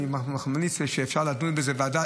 אני ממליץ לדון בזה בוועדה.